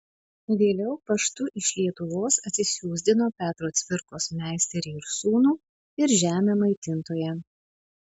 vėliau paštu iš lietuvos atsisiųsdino petro cvirkos meisterį ir sūnų ir žemę maitintoją